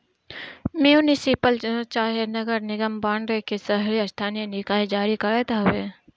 municipal चाहे नगर निगम बांड के शहरी स्थानीय निकाय जारी करत हवे